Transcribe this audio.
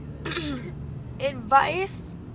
Advice